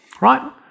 right